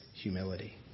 humility